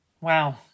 Wow